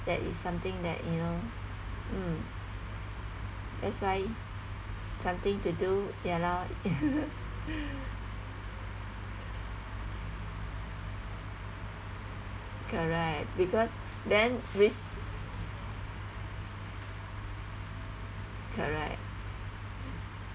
that is something that you know mm that's why something to do ya lor correct because then we correct